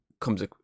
comes